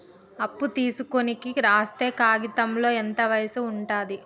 అప్పు తీసుకోనికి రాసే కాయితంలో ఎంత వయసు ఉంటది?